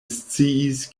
sciis